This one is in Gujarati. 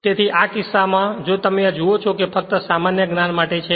તેથી આ કિસ્સામાં જો તમે આ જુઓ છો કે ફક્ત સામાન્ય જ્ઞાન માટે છે